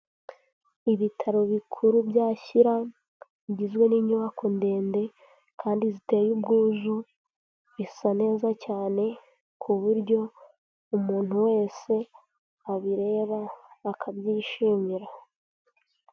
Ibitaro bikuru bya Shyira bigizwe n'inyubako ndende kandi ziteye ubwuzu, bisa neza cyane ku buryo umuntu wese abireba akabyishimira.